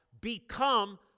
become